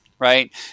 right